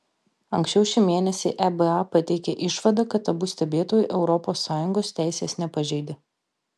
anksčiau šį mėnesį eba pateikė išvadą kad abu stebėtojai europos sąjungos teisės nepažeidė